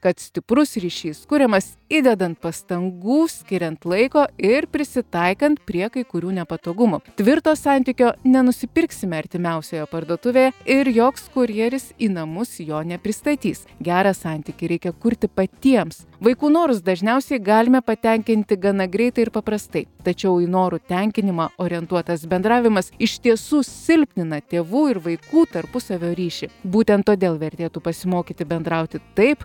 kad stiprus ryšys kuriamas įdedant pastangų skiriant laiko ir prisitaikant prie kai kurių nepatogumų tvirto santykio nenusipirksime artimiausioje parduotuvėje ir joks kurjeris į namus jo nepristatys gerą santykį reikia kurti patiems vaikų norus dažniausiai galime patenkinti gana greitai ir paprastai tačiau į norų tenkinimą orientuotas bendravimas iš tiesų silpnina tėvų ir vaikų tarpusavio ryšį būtent todėl vertėtų pasimokyti bendrauti taip